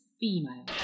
female